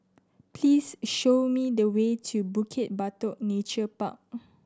please show me the way to Bukit Batok Nature Park